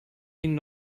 ihnen